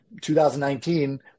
2019